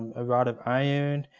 a rod of iron,